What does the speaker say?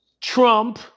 Trump